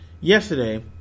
Yesterday